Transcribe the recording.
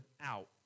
out